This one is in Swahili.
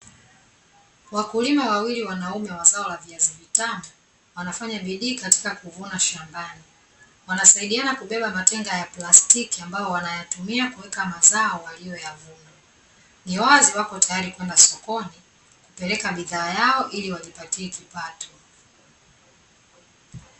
Wakulima wawili wanaume wa zao la viazi vitamu, wanafanya bidii katika kuvuna shambani. Wanasaidiana kubeba matenga ya plastiki ambayo wanayatumia kuwekea mazao waliyoyavuna. Ni wazi wako tayari kwenda sokoni, kupeleka bidhaa yao ili wajipatie kipato.